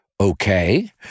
Okay